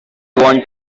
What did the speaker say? want